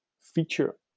feature